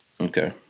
Okay